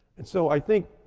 and so i think,